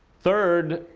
third,